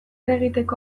egiteko